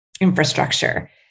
infrastructure